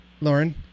Lauren